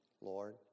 Lord